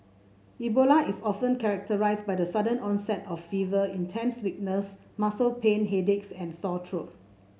Ebola is often characterised by the sudden onset of fever intense weakness muscle pain headaches and sore true